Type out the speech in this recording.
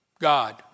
God